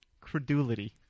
Credulity